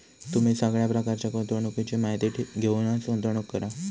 तुम्ही सगळ्या प्रकारच्या गुंतवणुकीची माहिती घेऊनच गुंतवणूक करा